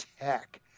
Tech